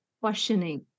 questioning